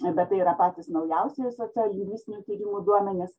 bet tai yra patys naujausi sociolingvistinių tyrimų duomenys